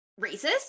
racist